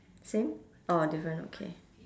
same orh different okay